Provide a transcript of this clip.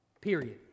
Period